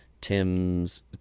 Tim's –